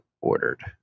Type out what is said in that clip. ordered